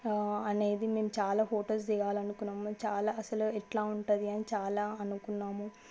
అనేది మేం చాలా ఫోటోస్ దిగాలి అనుకున్నాం చాలా అసలు ఎట్లా ఉంటుంది అని చాలా అనుకున్నాం